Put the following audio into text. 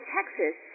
Texas